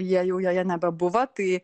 jei jau joje nebebuvo tai